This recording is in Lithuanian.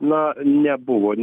na nebuvo